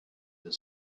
that